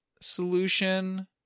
solution